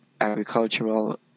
agricultural